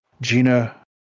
Gina